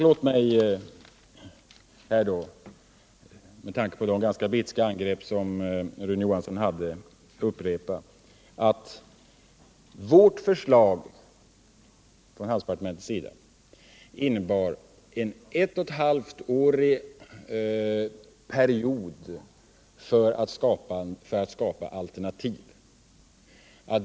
Låt mig med tanke på de ganska bitska angrepp som Rune Johansson gjorde upprepa att handelsdepartementets förslag avsåg en period på ett och ett halvt år för skapandet av alternativ.